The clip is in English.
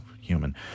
human